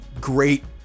great